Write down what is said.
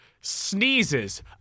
sneezes